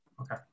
Okay